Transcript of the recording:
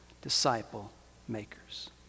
disciple-makers